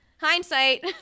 Hindsight